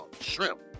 shrimp